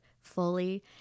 fully